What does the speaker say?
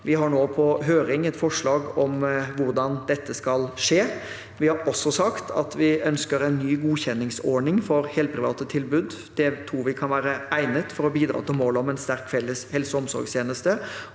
Vi har nå på høring et forslag om hvordan dette skal skje. Vi har også sagt at vi ønsker en ny godkjenningsordning for helprivate tilbud. Det tror vi kan være egnet til å bidra til målet om en